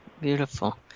beautiful